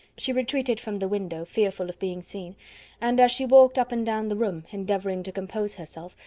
she retreated from the window, fearful of being seen and as she walked up and down the room, endeavouring to compose herself,